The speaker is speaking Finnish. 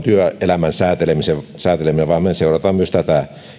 työelämän sääteleminen nyt tähän jää vaan me seuraamme myös tätä